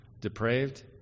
depraved